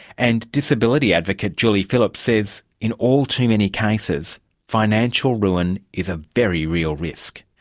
and disability advocate julie phillips says in all too many cases financial ruin is a very real risk.